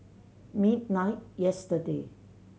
midnight yesterday